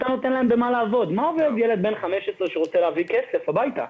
במה עובד ילד בן 15 שרוצה להביא כסף הביתה?